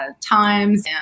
times